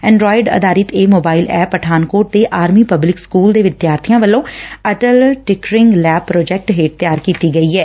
Android ਆਧਾਰਿਤ ਇਹ mobile app Pathankot ਦੇ ਆਰਮੀ ਪਬਲਿਕ ਸਕੁਲ ਦੇ ਵਿਦਿਆਰਬੀਆਂ ਵੱਲੋਂ ਅਟਲ ਟਿਕਰਿੰਗ ਲੈਬ ਪ੍ਰੋਜੈਕਟ ਹੇਠ ਤਿਆਰ ਕੀਤੀ ਗਈ ਐ